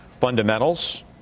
fundamentals